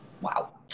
Wow